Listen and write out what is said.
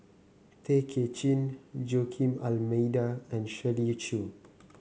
Tay Kay Chin Joaquim D'Almeida and Shirley Chew